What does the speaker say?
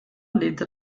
lehnte